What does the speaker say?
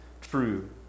true